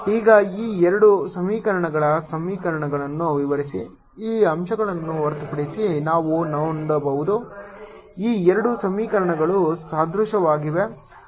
ಈಗ ಈ ಎರಡು ಸಮೀಕರಣಗಳ ಸಮೀಕರಣಗಳನ್ನು ವಿವರಿಸಿ ಈ ಅಂಶವನ್ನು ಹೊರತುಪಡಿಸಿ ನಾವು ನೋಡಬಹುದು ಈ ಎರಡು ಸಮೀಕರಣಗಳು ಸದೃಶವಾಗಿವೆ